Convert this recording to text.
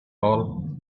all